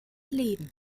leben